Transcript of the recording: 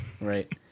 Right